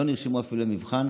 אפילו לא נרשמו למבחן.